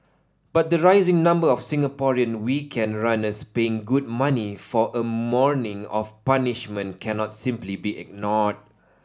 but the rising number of Singaporean weekend runners paying good money for a morning of punishment cannot simply be ignored